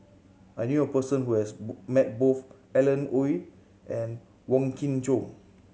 I knew a person who has met both Alan Oei and Wong Kin Jong